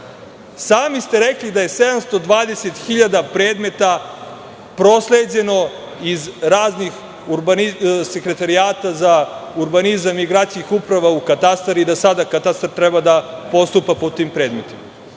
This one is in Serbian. Sami ste rekli da je 720 hiljada predmeta prosleđeno iz raznih sekretarijata za urbanizam i gradskih uprava u katastar i da sada katastar treba da postupa po tim predmetima.